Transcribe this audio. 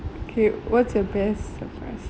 okay what's your best surprise